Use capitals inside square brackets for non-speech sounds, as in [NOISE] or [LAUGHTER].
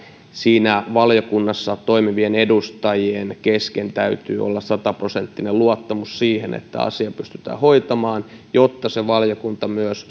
siinä valiokunnassa toimivien edustajien kesken täytyy olla sataprosenttinen luottamus siihen että asia pystytään hoitamaan jotta valiokunta myös [UNINTELLIGIBLE]